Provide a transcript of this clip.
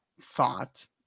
thought